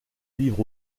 livre